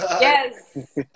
Yes